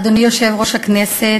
אדוני יושב-ראש הכנסת,